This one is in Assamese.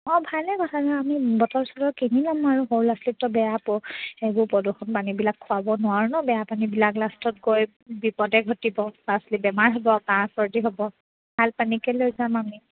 অঁ ভালে কথা ধৰা আমি বটল চটল কিনি ল'ম আৰু সৰু ল'ৰা ছোৱালীকতো বেয়া সেইবোৰ প্ৰদূষণ পানীবিলাক খোৱাব নোৱাৰো নহ্ বেয়া পানীবিলাক লাষ্টত গৈ বিপদে ঘটিব ল'ৰা ছোৱালী বেমাৰ হ'ব কাঁহ চৰ্দি হ'ব ভাল পানীকে লৈ যাম আমি